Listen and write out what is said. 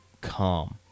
calm